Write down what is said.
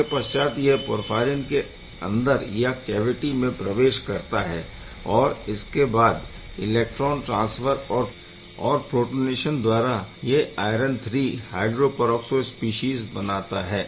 इसके पश्चात यह पोरफ़ायरिन के अंदर या कैवीटी में प्रवेश करता है और इसके बाद इलेक्ट्रॉन ट्रान्सफर और प्रोटोनेशन द्वारा यह आयरन III हायड्रोपरऑक्सो स्पीशीज़ बनाता है